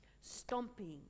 Stomping